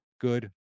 good